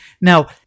Now